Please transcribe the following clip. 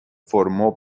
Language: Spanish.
formó